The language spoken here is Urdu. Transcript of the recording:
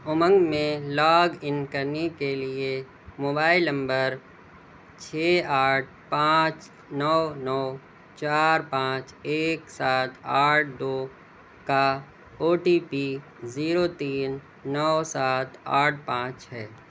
امنگ میں لاگ ان کرنے کے لیے موبائل نمبر چھ آٹھ پانچ نو نو چار پانچ ایک سات آٹھ دو کا او ٹی پی زیرو تین نو سات آٹھ پانچ ہے